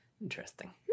Interesting